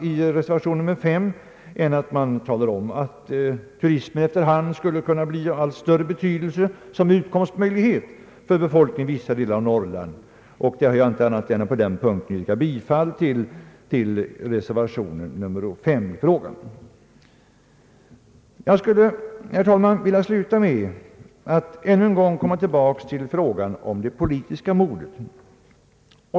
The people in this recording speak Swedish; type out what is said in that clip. I denna reservation begärs inte något annat än att man skall fästa uppmärksamhet vid att turismen efter hand skulle kunna få allt större betydelse som utkomstmöjlighet för befolkningen i vissa delar av Norrland, På den punkten har jag alltså yrkat bifall till reservationens synpunkter. Jag skulle, herr talman, vilja sluta med att än en gång återkomma till frågan om det politiska modet.